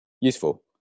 useful